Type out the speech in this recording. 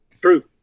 True